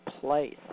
place